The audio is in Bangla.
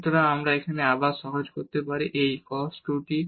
সুতরাং এই আমরা আবার সহজ করতে পারি এই cos 2 t